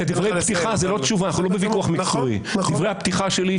אלה דברי הפתיחה שלי,